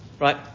right